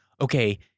Okay